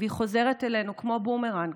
והיא חוזרת אלינו כמו בומרנג,